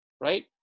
right